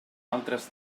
altres